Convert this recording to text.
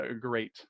great